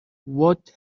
what